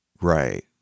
right